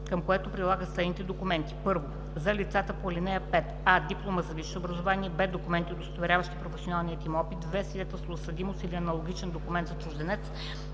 към което прилагат следните документи: 1. за лицата по ал. 5: а) диплома за висше образование; б) документи, удостоверяващи професионалния им опит; в) свидетелство за съдимост или аналогичен документ за чужденец;